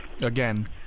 again